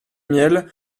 miel